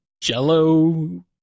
jello